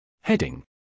Heading